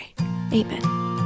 amen